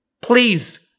please